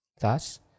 Thus